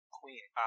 queen